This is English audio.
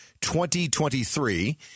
2023